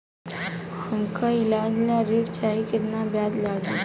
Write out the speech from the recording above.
हमका ईलाज ला ऋण चाही केतना ब्याज लागी?